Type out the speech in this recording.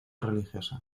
religiosa